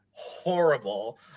horrible